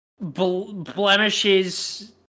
Blemishes